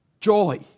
joy